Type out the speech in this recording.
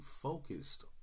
focused